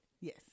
Yes